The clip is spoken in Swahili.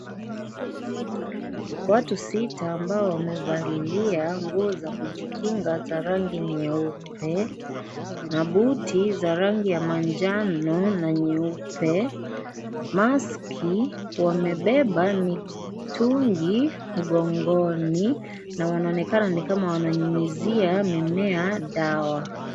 Watu sita ambao wamevalia nguo za kujikinga za rangi nyeupe, na buti za rangi ya manjano na nyeupe, maski. Wamebeba mitungi mgongoni, na wanaonekana ni kama wananyunyizia mimea dawa.